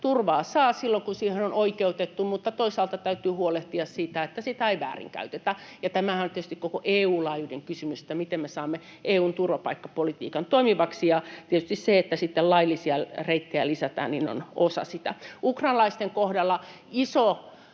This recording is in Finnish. turvaa saa silloin, kun siihen on oikeutettu, mutta toisaalta täytyy huolehtia siitä, että sitä ei väärinkäytetä. Ja tämähän on tietysti koko EU:n laajuinen kysymys, miten me saamme EU:n turvapaikkapolitiikan toimivaksi, ja tietysti se, että sitten laillisia reittejä lisätään, on osa sitä. Ukrainalaisten kohdalla iso